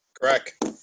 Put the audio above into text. correct